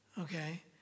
okay